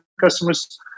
customers